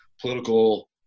political